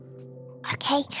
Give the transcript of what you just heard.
Okay